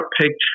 picture